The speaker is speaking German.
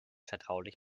vertraulich